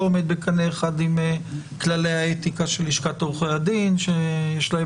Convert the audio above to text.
זה לא עומד בקנה אחד עם כללי האתיקה של לשכת עורכי הדין שיש להם